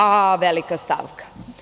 A, velika stavka!